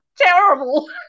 terrible